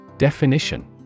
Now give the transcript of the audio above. Definition